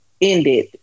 ended